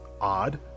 odd